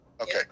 Okay